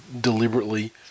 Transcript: deliberately